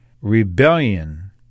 Rebellion